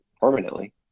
permanently